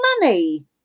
money